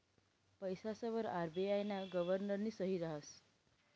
पैसासवर आर.बी.आय ना गव्हर्नरनी सही रहास